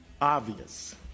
obvious